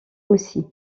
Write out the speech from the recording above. aussi